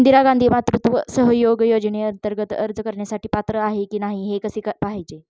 इंदिरा गांधी मातृत्व सहयोग योजनेअंतर्गत अर्ज करण्यासाठी पात्र आहे की नाही हे कसे पाहायचे?